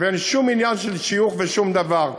ואין שום עניין של שיוך ושום דבר.